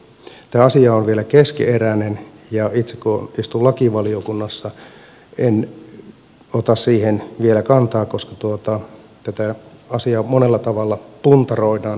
tämä asia on vielä keskeneräinen ja kun itse istun lakivaliokunnassa en ota siihen vielä kantaa koska tätä asiaa monella tavalla puntaroidaan